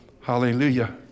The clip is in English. Hallelujah